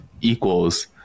equals